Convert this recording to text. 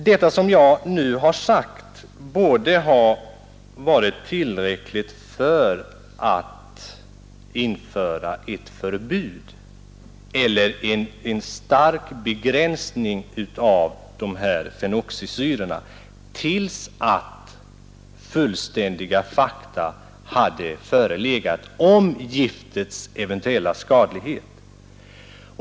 Detta som jag nu har sagt borde ha varit tillräckligt för att införa ett förbud eller en stark begränsning av fenoxisyrorna tills fullständiga fakta hade förelegat om giftets eventuella skadlighet.